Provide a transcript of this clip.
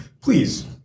please